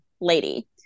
lady